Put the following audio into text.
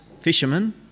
fishermen